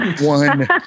One